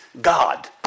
God